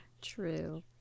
true